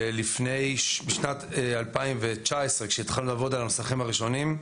בשנת 2019 כשהתחלנו לעבוד על הנוסחים הראשונים,